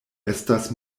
estas